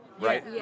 right